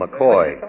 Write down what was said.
McCoy